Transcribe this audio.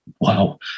wow